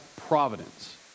providence